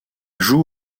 joue